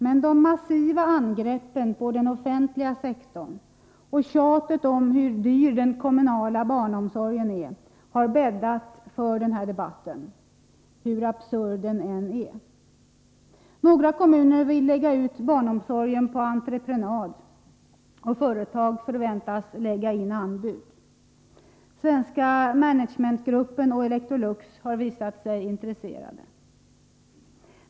Men de massiva angreppen på den offentliga sektorn och tjatet om hur dyr den kommunala barnomsorgen är har bäddat för denna debatt — hur absurd den än är. Några kommuner vill lägga ut barnomsorgen på entreprenad, och företag förväntas lägga in anbud. Svenska Managementgruppen och Electrolux har visat sig intresserade.